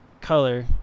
Color